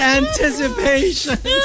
anticipation